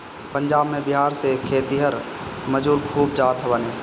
पंजाब में बिहार से खेतिहर मजूर खूब जात बाने